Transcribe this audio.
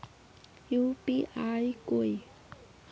UPI कोई